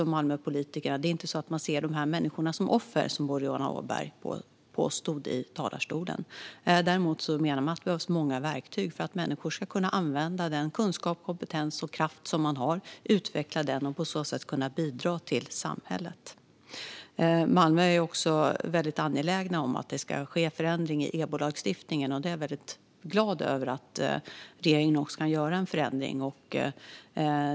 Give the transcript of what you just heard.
Malmöpolitikerna ser inte dessa människor som offer, som Boriana Åberg påstod i talarstolen. Däremot menar man att det behövs många verktyg för att människor ska kunna använda och utveckla den kunskap, kompetens och kraft som de har och på så sätt bidra till samhället. I Malmö är de också väldigt angelägna om att det ska ske en förändring i EBO-lagstiftningen. Jag är väldigt glad över att regeringen kan göra en förändring.